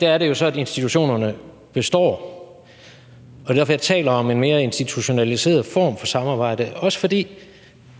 Der er det jo så, at institutionerne består, og det er derfor, jeg taler om en mere institutionaliseret form for samarbejde – også fordi, det